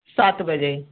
सात बजे